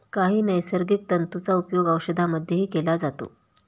काही नैसर्गिक तंतूंचा उपयोग औषधांमध्येही केला जातो